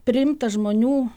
priimtas žmonių